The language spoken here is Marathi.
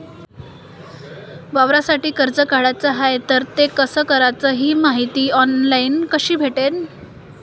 वावरासाठी कर्ज काढाचं हाय तर ते कस कराच ही मायती ऑनलाईन कसी भेटन?